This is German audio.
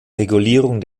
regulierung